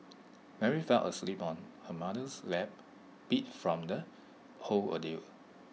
Mary fell asleep on her mother's lap beat from the whole ordeal